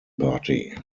party